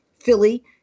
Philly